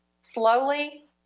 slowly